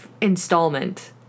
installment